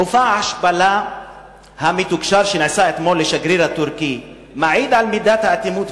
מופע ההשפלה המתוקשר שנעשה אתמול לשגריר הטורקי מעיד על מידת האטימות,